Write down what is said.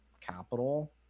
capital